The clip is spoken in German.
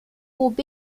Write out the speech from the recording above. zob